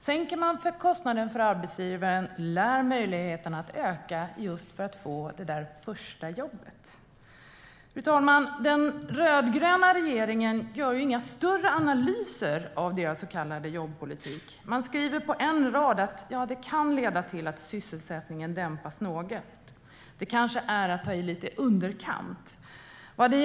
Sänker man kostnaden för arbetsgivarna lär möjligheterna öka för unga att få det första jobbet. Fru talman! Den rödgröna regeringen gör inga större analyser av sin så kallade jobbpolitik. Man skriver på en rad att det kan leda till att sysselsättningen dämpas något. Det är kanske att ta i lite i underkant.